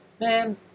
man